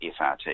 FRT